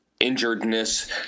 injuredness